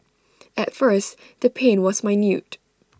at first the pain was minute